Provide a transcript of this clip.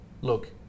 look